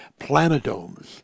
planetomes